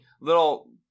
little